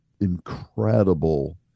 incredible